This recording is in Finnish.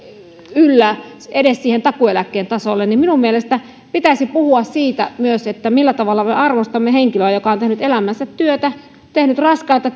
yllä edes siihen takuueläkkeen tasolle minun mielestäni pitäisi puhua myös siitä millä tavalla me arvostamme henkilöä joka on tehnyt elämänsä työtä tehnyt raskaita